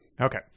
Okay